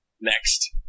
Next